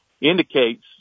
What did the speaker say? indicates